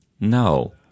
no